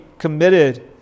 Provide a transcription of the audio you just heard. committed